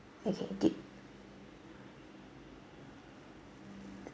okay did